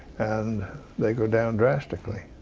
and they go down drastically.